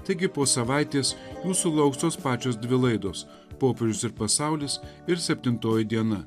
taigi po savaitės jūsų lauks tos pačios dvi laidos popiežius ir pasaulis ir septintoji diena